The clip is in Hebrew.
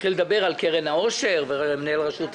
נתחיל לדבר על קרן העושר ומנהל רשות המיסים.